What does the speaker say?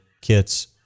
kits